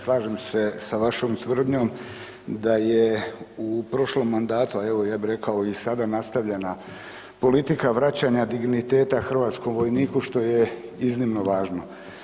Slažem se s vašom tvrdnjom da je u prošlom mandatu, a evo ja bi rekao i sada, nastavljena politika vraćanja digniteta hrvatskom vojniku što je iznimno važno.